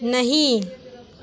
नहीं